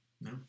No